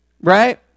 right